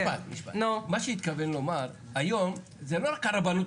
אני רוצה את מנכ"ל הרבנות